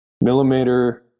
millimeter